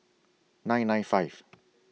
nine nine five